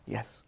Yes